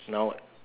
now